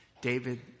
David